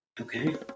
Okay